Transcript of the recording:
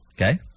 Okay